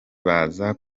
baza